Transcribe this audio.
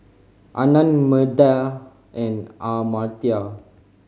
Anand Medha and Amartya